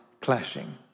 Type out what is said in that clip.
clashing